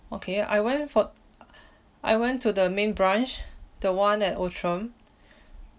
okay I went for I went to the main branch the one at outram